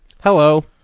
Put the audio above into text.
Hello